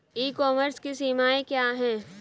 ई commerce की सीमाएं क्या हैं?